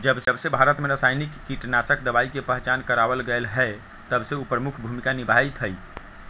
जबसे भारत में रसायनिक कीटनाशक दवाई के पहचान करावल गएल है तबसे उ प्रमुख भूमिका निभाई थई